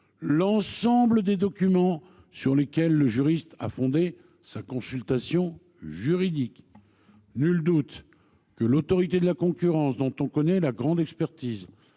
l’ensemble des documents sur lesquels le juriste a fondé sa consultation juridique. Il ne fait aucun doute que l’Autorité de la concurrence, dont on connaît la grande expertise,